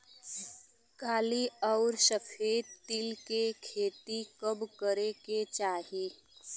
काली अउर सफेद तिल के खेती कब करे के चाही?